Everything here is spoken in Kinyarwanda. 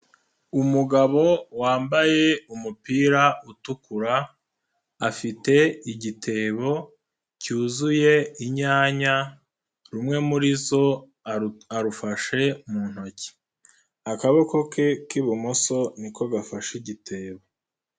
Umugabo wambaye umupira utukura, afite igitebo cyuzuye inyanya, rumwe muri zo arufashe mu ntoki. Akaboko ke k'ibumoso ni ko gafashe igitebo.